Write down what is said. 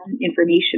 information